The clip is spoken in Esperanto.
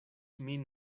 min